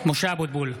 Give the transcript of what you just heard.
(קורא בשמות חברי הכנסת) משה אבוטבול,